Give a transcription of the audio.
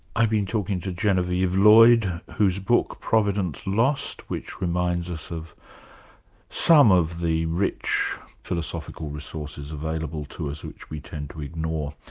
i've been talking to genevieve lloyd, whose book, providence lost which reminds us of some of the rich philosophical resources available to us which we tend to ignore,